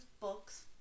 books